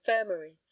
infirmary